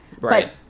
right